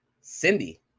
Cindy